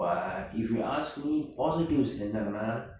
but if you ask me positives என்னன்னா:ennanaa